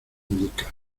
indica